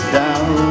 down